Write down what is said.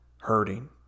hurting